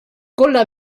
cola